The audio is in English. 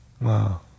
Wow